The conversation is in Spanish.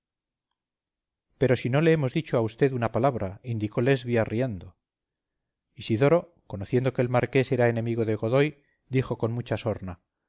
pero si no le hemos dicho a vd una palabra indicó lesbia riendo isidoro conociendo que el marqués era enemigo de godoy dijo con mucha sorna